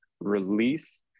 release